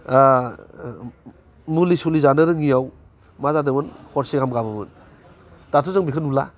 मुलि सुलि जानो रोङैआव मा जादोंमोन हरसे गाहाम गाबोमोन दाथ' जों बेखौ नुला